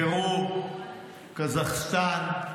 פרו, קזחסטן.